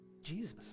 Jesus